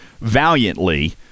valiantly –